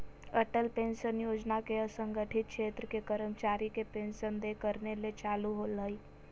Atal pension योजना के असंगठित क्षेत्र के कर्मचारी के पेंशन देय करने ले चालू होल्हइ